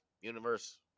universe